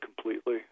completely